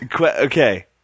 Okay